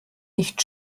nicht